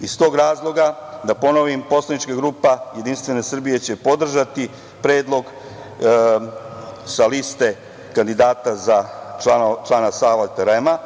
Iz tog razloga da ponovim, poslanička grupa Jedinstvene Srbije će podržati predlog sa liste kandidata za člana Saveta REM-a,